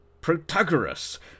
Protagoras